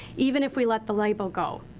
even if we let the label go.